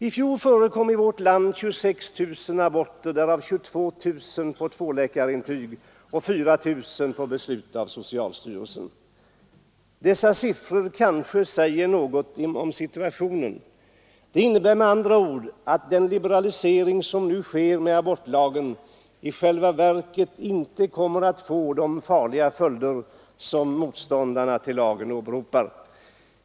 I fjol förekom i vårt land 26000 aborter, därav 22000 på tvåläkarintyg och 4 000 på beslut av socialstyrelsen. Dessa siffror kanske säger något om situationen. De innebär med andra ord att den liberalisering som nu sker med abortlagen i själva verket inte kommer att få de farliga följder som motståndarna till lagen åberopar.